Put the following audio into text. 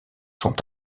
sont